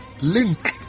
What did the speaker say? link